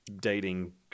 dating